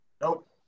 Nope